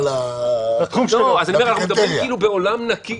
אנחנו מדברים כאילו בעולם נקי,